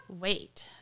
wait